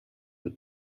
with